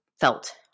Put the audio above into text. felt